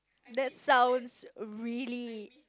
that sounds really